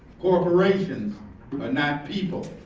corporations are not people.